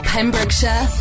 Pembrokeshire